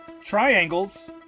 triangles